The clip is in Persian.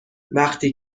وقتی